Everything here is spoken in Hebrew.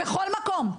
בכל מקום,